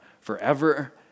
forever